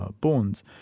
bonds